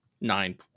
nine